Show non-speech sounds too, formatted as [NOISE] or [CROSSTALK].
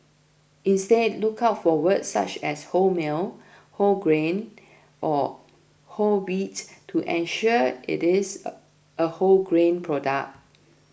instead look out for words such as wholemeal whole grain or whole wheat to ensure it is [HESITATION] a wholegrain product